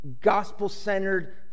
gospel-centered